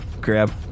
grab